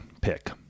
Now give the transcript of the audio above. pick